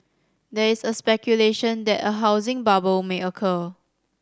there is speculation that a housing bubble may occur